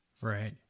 Right